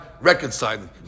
reconciling